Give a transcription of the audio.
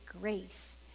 grace